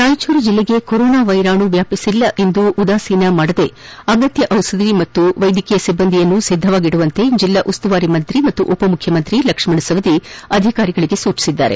ರಾಯಚೂರು ಜಿಲ್ಲೆಗೆ ಕೊರೋನಾ ವೈರಾಣು ವ್ಯಾಪಿಸಿಲ್ಲ ಎಂದು ನಿರ್ಲಕ್ಷ್ಯ ವಹಿಸದೆ ಅಗತ್ಯ ದಿಷಧಿ ಹಾಗೂ ವೈದ್ಯಕೀಯ ಸಿಬ್ಬಂದಿಯನ್ನು ಸಿದ್ದತೆಯಲ್ಲಿಡುವಂತೆ ಜಿಲ್ಲಾ ಉಸ್ತುವಾರಿ ಸಚಿವ ಪಾಗೂ ಉಪಮುಖ್ಯಮಂತ್ರಿ ಲಕ್ಷ್ಮಣ ಸವರಿ ಅಧಿಕಾರಿಗಳಿಗೆ ಸೂಚಿಸಿದ್ದಾರೆ